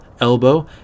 elbow